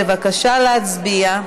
בבקשה להצביע.